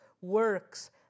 works